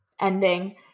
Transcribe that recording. ending